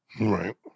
Right